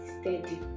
steady